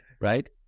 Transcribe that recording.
right